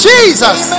Jesus